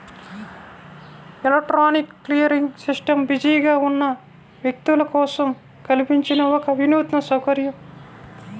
electronic clearing system బిజీగా ఉన్న వ్యక్తుల కోసం కల్పించిన ఒక వినూత్న సౌకర్యం